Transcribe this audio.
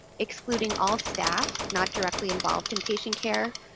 excluding all staff not directly involved in patient care,